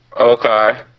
Okay